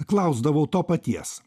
klausdavau to paties